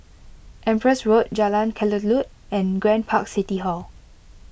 Empress Road Jalan Kelulut and Grand Park City Hall